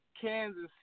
Kansas